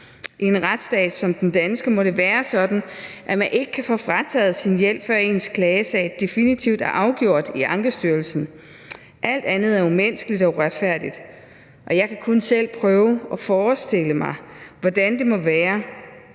I en retsstat som den danske må det være sådan, at man ikke kan få frataget sin hjælp, før ens klagesag definitivt er afgjort i Ankestyrelsen. Alt andet er umenneskeligt og uretfærdigt, og jeg kan kun selv prøve at forestille mig, hvordan det må være